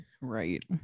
Right